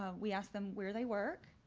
ah we ask them where they work,